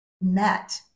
met